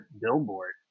billboard